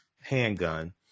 handgun